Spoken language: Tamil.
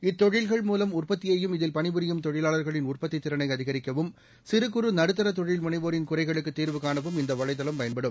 இத்தொழில்கள் மூலம் உற்பத்தியையும் இதில் பணிபுரியும் தொழிலாளர்களின் உற்பத்தி திறனை அதிகரிக்கவும் சிறு குறு நடுத்தர தொழில் முனைவோரின் குறைகளுக்கு தீர்வு காணவும் இந்த வலைதளம் பயன்படும்